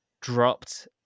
dropped